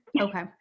okay